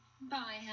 Bye